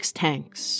tanks